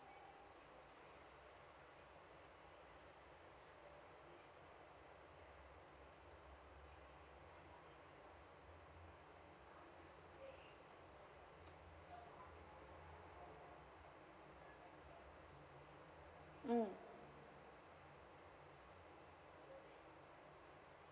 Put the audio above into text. mm